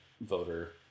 voter